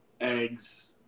eggs